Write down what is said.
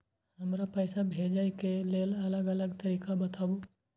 हमरा पैसा भेजै के लेल अलग अलग तरीका बताबु?